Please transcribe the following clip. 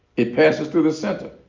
it passes through the center.